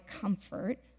comfort